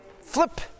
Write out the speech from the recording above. flip